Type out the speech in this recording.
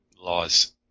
laws